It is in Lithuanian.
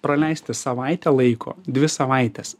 praleisti savaitę laiko dvi savaites